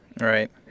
Right